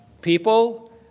People